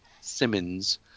Simmons